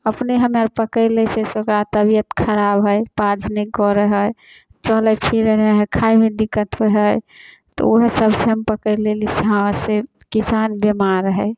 अपने हम आर पकैड़ लै छियै से ओकरा तबियत खराब है पाउज नहि करै है चलै फिरै नहि है खाइ मे दिक्कत होइ है तऽ ऊहे सबसे हम पकैड़ लेली से हँ से कि सांढ बिमाड़ है